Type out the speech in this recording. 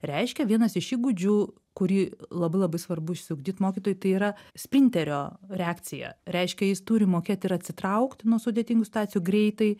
reiškia vienas iš įgūdžių kurį labai labai svarbu išsiugdyt mokytojui tai yra spinterio reakcija reiškia jis turi mokėt ir atsitraukt nuo sudėtingų situacijų greitai